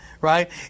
Right